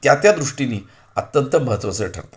त्या त्या दृष्टीने अत्यंत महत्त्वाचे ठरतात